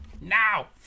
now